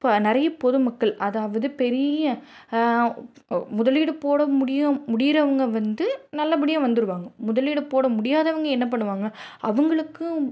இப்போ நிறைய பொதுமக்கள் அதாவது பெரிய முதலீடு போட முடியும் முடியிறவங்கள் வந்து நல்லபடியாக வந்துடுவாங்க முதலீடு போட முடியாதவங்கள் என்ன பண்ணுவாங்கள் அவங்களுக்கும்